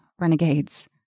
Renegades